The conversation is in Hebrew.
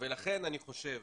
לכן אני חושב